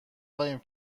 قایم